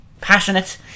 passionate